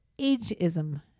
Ageism